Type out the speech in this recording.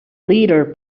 leader